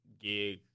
gig